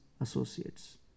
associates